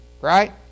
right